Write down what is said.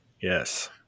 Yes